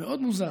מאוד מוזרה: